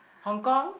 Hong-Kong